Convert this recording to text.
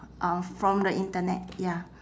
uh from the internet ya